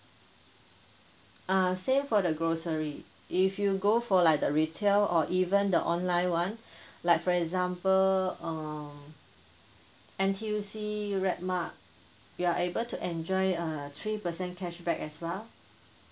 err same for the grocery if you go for like the retail or even the online [one] like for example err N_T_U_C red mart you are able to enjoy a three percent cashback as well